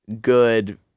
good